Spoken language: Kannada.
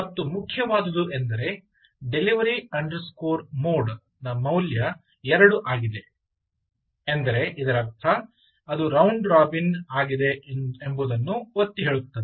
ಮತ್ತು ಮುಖ್ಯವಾದುದು ಎಂದರೆ delivery underscore mode delivery mode ನ ಮೌಲ್ಯ ಎರಡು ಆಗಿದೆ ಎಂದರೆ ಇದರರ್ಥ ಅದು ರೌಂಡ್ ರಾಬಿನ್ ಆಗಿದೆ ಎಂಬುದನ್ನು ಒತ್ತಿಹೇಳುತ್ತದೆ